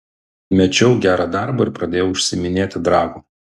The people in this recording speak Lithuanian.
mečiau gerą darbą ir pradėjau užsiiminėti dragu